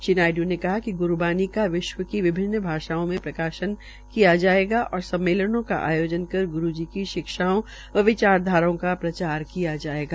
श्री नायड् ने कहा कि ग्रूवाणी का विश्व की विभिन्न भाषाओं में प्रकाशन किया जायेगा और सम्मेलनों का आयोजन का ग्रू जी की शिक्षाओं व विचारधाराओं का प्रसार किया जायेगा